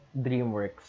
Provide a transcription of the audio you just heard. DreamWorks